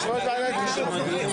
משחקים ארץ עיר?